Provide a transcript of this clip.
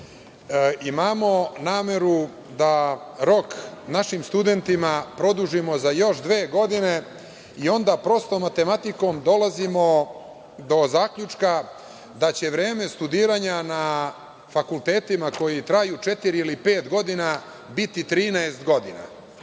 Imamo nameru da rok našim studentima produžimo za još dve godine i onda prostom matematikom dolazimo do zaključka da će vreme studiranja na fakultetima koji traju četiri ili pet godina biti 13 godina.